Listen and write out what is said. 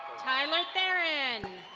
tyler theron.